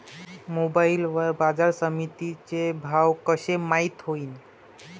Mobile वर बाजारसमिती चे भाव कशे माईत होईन?